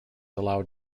allowed